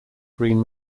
green